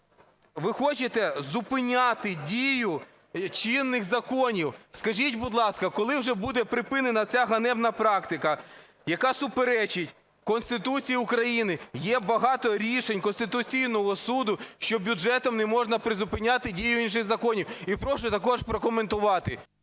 ви хочете зупиняти дію чинних законів. Скажіть, будь ласка, коли вже буде припинена ця ганебна практика, яка суперечить Конституції України? Є багато рішень Конституційного Суду, що бюджетом не можна призупиняти дію інших законів. І прошу також прокоментувати.